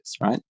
right